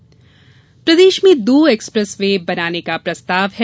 express way प्रदेश में दो एक्सप्रेसवे बनाने का प्रस्ताव है